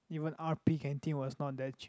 even r_p canteen was not that cheap